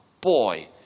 boy